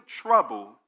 trouble